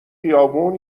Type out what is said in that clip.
خیابون